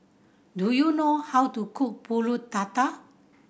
do you know how to cook Pulut Tatal